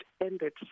ended